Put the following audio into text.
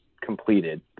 completed